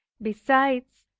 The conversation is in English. besides,